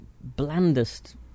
blandest